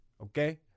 okay